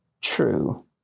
true